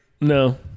no